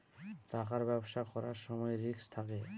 টাকার ব্যবসা করার সময় রিস্ক থাকে